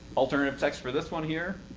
alternative text for this one here,